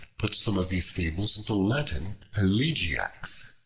put some of these fables into latin elegiacs,